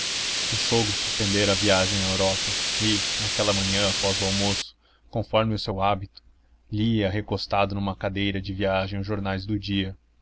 o sogro suspendera a viagem à europa e naquela manhã após o almoço conforme o seu hábito lia recostado numa cadeira de viagem os jornais do dia